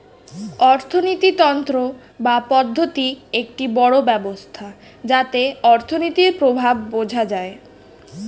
অর্থিনীতি তন্ত্র বা পদ্ধতি একটি বড় ব্যবস্থা যাতে অর্থনীতির প্রভাব বোঝা যায়